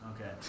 Okay